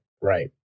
Right